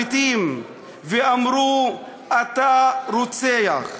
נירון מת, אך רומא לא מתה.